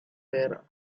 there